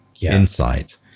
insight